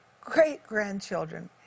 great-grandchildren